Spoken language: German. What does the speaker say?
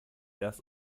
erst